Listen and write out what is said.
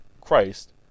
Christ